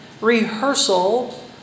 rehearsal